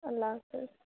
اللہ حافظ